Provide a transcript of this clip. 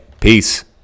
Peace